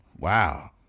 Wow